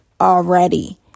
already